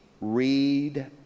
read